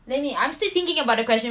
let me I'm still thinking about the question